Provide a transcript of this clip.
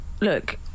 look